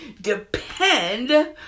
depend